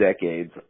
decades